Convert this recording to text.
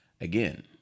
again